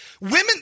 Women